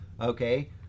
okay